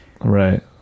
Right